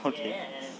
okay